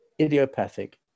idiopathic